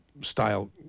style